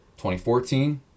2014